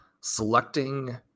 selecting